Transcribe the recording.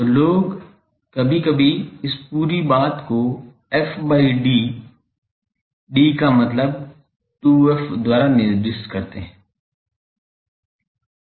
तो लोग कभी कभी इस पूरी बात को f by d d का मतलब 2f द्वारा निर्दिष्ट करते हैं